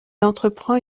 entreprend